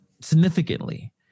significantly